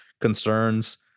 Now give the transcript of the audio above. concerns